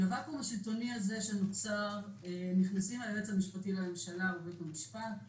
לוואקום השלטוני הזה שנוצר נכנסים היועץ המשפטי לממשלה ובית המשפט,